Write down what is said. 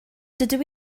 dydw